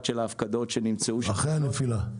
של ההפקדות שנמצאו --- אחרי הנפילה?